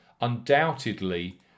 undoubtedly